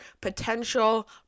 potential